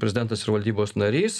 prezidentas ir valdybos narys